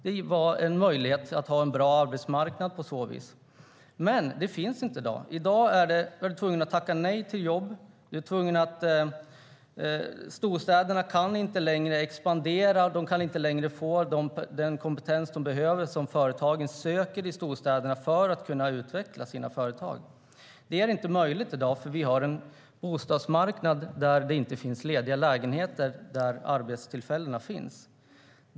Det var möjligt att på så vis ha en bra arbetsmarknad. Det finns inte i dag. I dag är du tvungen att tacka nej till jobb. Storstäderna kan inte längre expandera. Företagen i storstäderna kan inte längre få den kompetens de söker för att kunna utvecklas. Det är inte möjligt, för vi har en bostadsmarknad som inte har lediga lägenheter där arbetstillfällena finns.